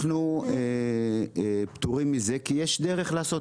אנחנו פטורים מזה, כי יש דרך לעשות.